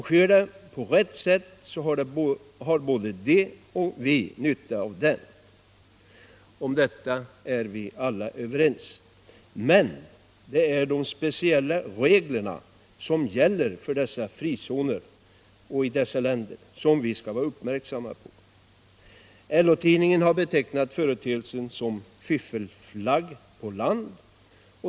Sker det på rätt sätt har både de och vi nytta av den.” Om detta är vi alla överens. Men det är de speciella regler som gäller för de s.k. frizonerna i dessa länder som vi skall vara uppmärksamma på. LO tidningen har betecknat företeelsen som ”fiffelflagg på land”.